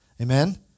Amen